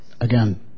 Again